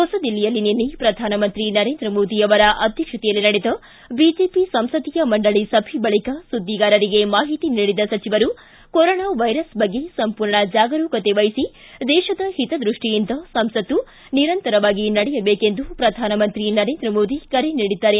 ಹೊಸದಿಲ್ಲಿಯಲ್ಲಿ ನಿನ್ನೆ ಪ್ರಧಾನಮಂತ್ರಿ ನರೇಂದ್ರ ಮೋದಿ ಅಧ್ಯಕ್ಷತೆಯಲ್ಲಿ ನಡೆದ ಬಿಜೆಪಿ ಸಂಸದಿಯ ಮಂಡಳಿ ಸಭೆ ಬಳಿಕ ಸುದ್ದಿಗಾರರಿಗೆ ಮಾಹಿತಿ ನೀಡಿದ ಸಚಿವರು ಕರೋನಾ ವೈರಸ್ ಬಗ್ಗೆ ಸಂಪೂರ್ಣ ಜಾಗರೂಕತೆ ವಹಿಸಿ ದೇಶದ ಹಿತದೃಷ್ಟಿಯಿಂದ ಸಂಸತ್ತು ನಿರಂತರವಾಗಿ ನಡೆಯಬೇಕೆಂದು ಶ್ರಧಾನಮಂತ್ರಿ ನರೇಂದ್ರ ಮೋದಿ ಕರೆ ನೀಡಿದ್ದಾರೆ